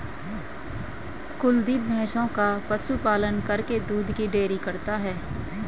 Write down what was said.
कुलदीप भैंसों का पशु पालन करके दूध की डेयरी करता है